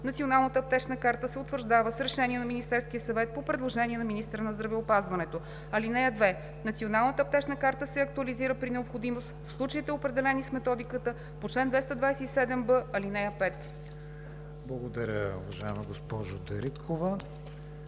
Националната аптечна карта се утвърждава с решение на Министерския съвет по предложение на министъра на здравеопазването. (2) Националната аптечна карта се актуализира при необходимост в случаите, определени с методиката по чл. 227б, ал. 5.“ ПРЕДСЕДАТЕЛ КРИСТИАН ВИГЕНИН: Благодаря, уважаема госпожо Дариткова.